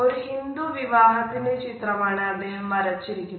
ഒരു ഹിന്ദു വിവാഹത്തിന്റെ ചിത്രമാണ് അദ്ദേഹം അവതരിപ്പിച്ചിരുക്കുന്നത്